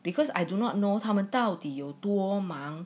because I do not know 他们到底有多忙